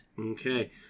Okay